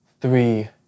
three